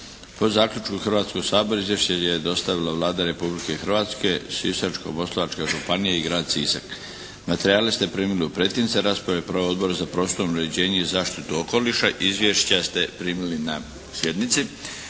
Po zaključku Hrvatskog sabora izvješće je dostavila Vlada Republike Hrvatske, Sisačko-moslavačka županija i grad Sisak. Materijale ste primili u pretince, a raspravu je proveo Odbor za prostorno uređenje i zaštitu okoliša. Izvješća ste primili na sjednici.